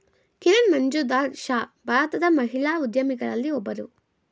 ಕಿರಣ್ ಮಜುಂದಾರ್ ಶಾ ಭಾರತದ ಮಹಿಳಾ ಉದ್ಯಮಿಗಳಲ್ಲಿ ಒಬ್ಬರು